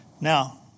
Now